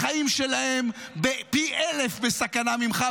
החיים שלהן פי אלף יותר בסכנה ממך,